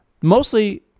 Mostly